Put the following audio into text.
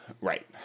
Right